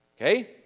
Okay